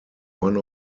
one